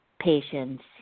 patients